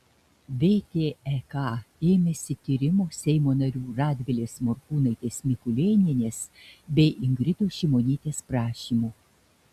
vtek ėmėsi tyrimo seimo narių radvilės morkūnaitės mikulėnienės bei ingridos šimonytės prašymu